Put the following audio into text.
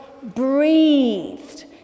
breathed